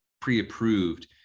pre-approved